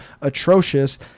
atrocious